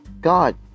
God